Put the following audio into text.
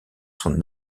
son